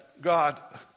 God